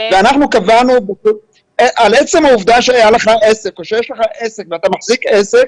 אנחנו קבענו שעל עצם העובדה שהיה לך עסק או שיש לך עסק ואתה מחזיק אותו,